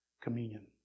communion